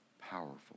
powerful